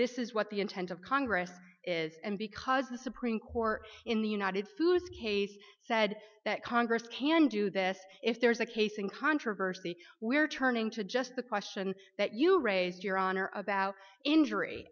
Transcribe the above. this is what the intent of congress is and because the supreme court in the united foods case said that congress can do this if there is a case in controversy we are turning to just the question that you raised your honor about injury